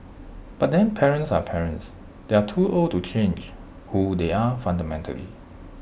but then parents are parents they are too old to change who they are fundamentally